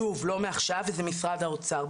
שוב, לא מעכשיו, וזה משרד האוצר.